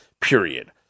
period